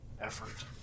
effort